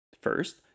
First